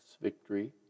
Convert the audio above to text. victory